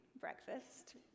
breakfast